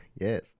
Yes